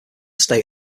state